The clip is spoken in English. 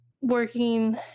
working